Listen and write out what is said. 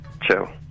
chill